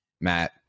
Matt